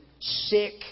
sick